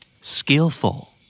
Skillful